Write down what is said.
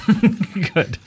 Good